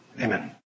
Amen